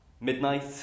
Midnight